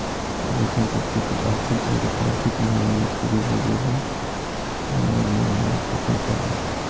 रेशम के खेती आशिन औरो कार्तिक महीना में शुरू होबे हइ, माघ महीना में काटल जा हइ